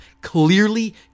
clearly